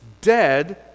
Dead